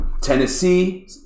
Tennessee